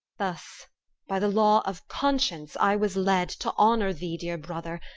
thus by the law of conscience i was led to honor thee, dear brother,